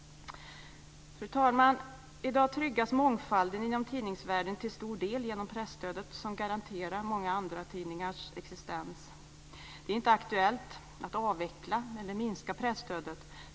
Fru talman! I dag tryggas mångfalden inom tidningsvärlden till stor del genom presstödet, som garanterar många tidningars existens. Det är inte aktuellt att avveckla eller minska presstödet.